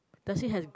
does it have